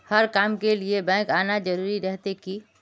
हर काम के लिए बैंक आना जरूरी रहते की?